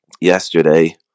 yesterday